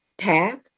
path